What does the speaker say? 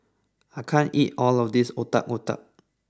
I can't eat all of this Otak Otak